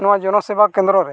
ᱱᱚᱣᱟ ᱡᱚᱱᱚᱥᱮᱵᱟ ᱠᱮᱱᱫᱨᱚᱨᱮ